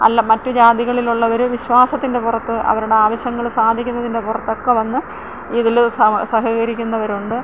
അല്ല മറ്റു ജാതികളിലുള്ളവർ വിശ്വാസത്തിന്റെ പുറത്ത് അവരുടെ ആവശ്യങ്ങൾ സാധിക്കുന്നതിന്റെ പുറത്തെക്കെ വന്ന് ഇതിൽ സഹകരിക്കുന്നവരുണ്ട്